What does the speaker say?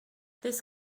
this